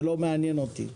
זה לא מעניין אותי.